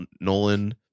nolan